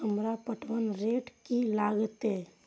हमरा पटवन रेट की लागते?